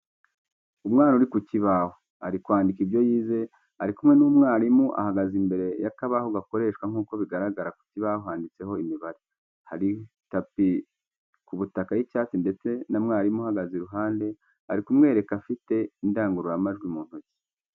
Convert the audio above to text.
Umwana uri ku kibaho, ari kwandika ibyo yize, ari kumwe n’umwarimu ahagaze imbere y’akabaho gakoreshwa nk’uko bigaragara ku kibaho handitseho imibare. Hari tapi ku butaka y'icyatsi ndetse na mwarimu umuhagaze iruhande uri kumwerekera afite indangururamajwi mu ntoki.